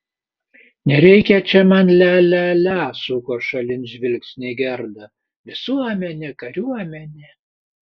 nereikia čia man lia lia lia suko šalin žvilgsnį gerda visuomenė kariuomenė